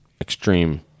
extreme